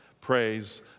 Praise